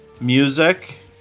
music